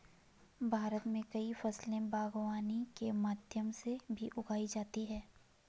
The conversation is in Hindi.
भारत मे कई फसले बागवानी के माध्यम से भी उगाई जाती है